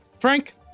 Frank